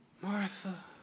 Martha